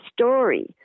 story